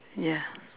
ya